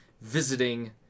visiting